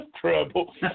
trouble